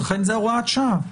זה הוראת שעה לכן.